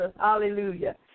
hallelujah